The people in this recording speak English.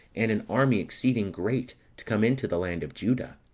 and an army exceeding great, to come into the land of juda.